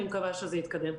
אני מקווה שזה יתקדם.